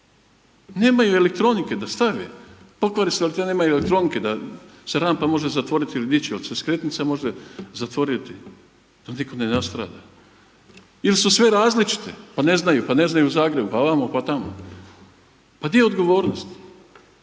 nemaju elektronike da stave, pokvari se al nemaju elektronike da se rampa može zatvoriti ili dići, jel se skretnica može zatvoriti, da di ko ne nastrada. Il su sve različite pa ne znaju, pa ne znaju u Zagrebu, pa vamo pa tamo, pa di je odgovornost?